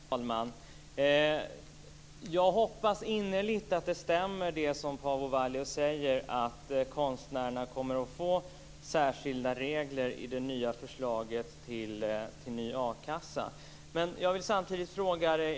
Herr talman! Jag hoppas innerligt att det Paavo Vallius säger stämmer, nämligen att konstnärerna kommer att få särskilda regler i förslaget till ny akassa.